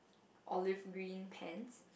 olive green pants